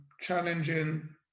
challenging